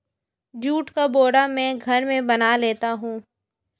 जुट का बोरा मैं घर में बना लेता हूं